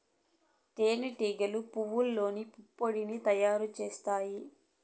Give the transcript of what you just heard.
తేనె టీగలు పువ్వల్లోని పుప్పొడిని తయారు చేత్తాయి